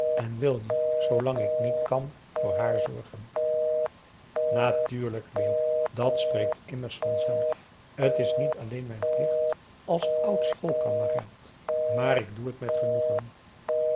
en wil je zoolang ik niet kan voor haar zorgen natuurlijk leeuw dat spreekt immers van zelf t is niet alleen mijn plicht als oud schoolkameraad maar ik doe het met genoegen